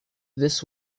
this